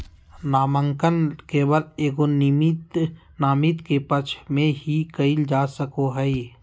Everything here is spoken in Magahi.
नामांकन केवल एगो नामिती के पक्ष में ही कइल जा सको हइ